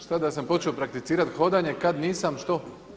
Šta da sam počeo prakticirati hodanje kad nisam što?